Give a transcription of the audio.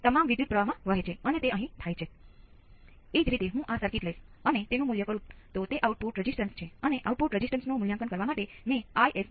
સામાન્ય રીતે જો તમે તેને 100 ટકા અથવા યુનિટી દોરો છો અને તે t બરાબર પર શૂન્ય રેખા સુધી પહોંચે છે અને તમે જોશો કે તમે એક સમય અચળાંક પર 63